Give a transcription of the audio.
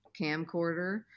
camcorder